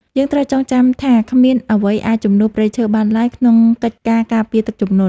យើងត្រូវចងចាំថាគ្មានអ្វីអាចជំនួសព្រៃឈើបានឡើយក្នុងកិច្ចការការពារទឹកជំនន់។